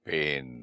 Pain